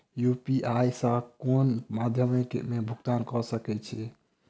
UPI सऽ केँ कुन मध्यमे मे भुगतान कऽ सकय छी?